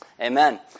Amen